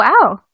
wow